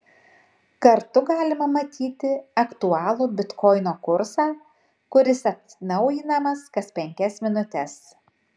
kartu galima matyti aktualų bitkoino kursą kuris atnaujinamas kas penkias minutes